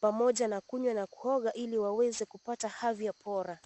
pamoja na kunywa na kuoga ili waweze kupata afya bora.